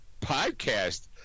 podcast